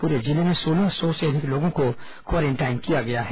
पूरे जिले में सोलह सौ से अधिक लोगों को क्वारेंटाइन किया गया है